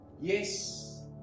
Yes